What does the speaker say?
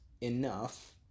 enough